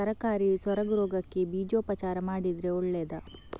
ತರಕಾರಿ ಸೊರಗು ರೋಗಕ್ಕೆ ಬೀಜೋಪಚಾರ ಮಾಡಿದ್ರೆ ಒಳ್ಳೆದಾ?